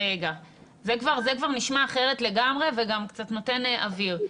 זה כבר נשמע אחרת לגמרי וגם קצת נותן אוויר.